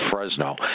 Fresno